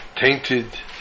tainted